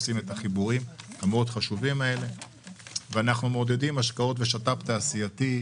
אנחנו מעודדים השקעות ושת"פ תעשייתי,